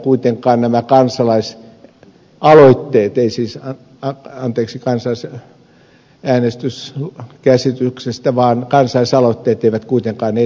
kuitenkaan nämä kansalaisaloitteet anteeksi kansanäänestyskäsityksestä kansalaisaloitteet eivät kuitenkaan etenisi